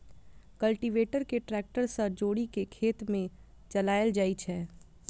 cultivator कें tractor सं जोड़ि कें खेत मे चलाएल जाइ छै